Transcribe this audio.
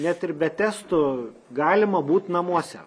net ir be testų galima būt namuose